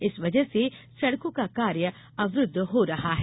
इस वजह से सड़कों का कार्य अवरूद्व हो रहा है